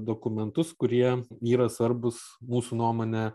dokumentus kurie yra svarbūs mūsų nuomone